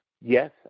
yes